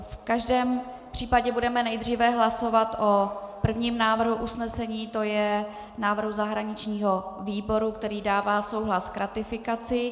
V každém případě budeme nejdřív hlasovat o prvním návrhu usnesení, to je návrhu zahraničního výboru, který dává souhlas k ratifikaci.